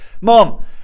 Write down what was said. mom